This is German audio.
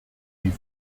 wie